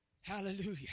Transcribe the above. Hallelujah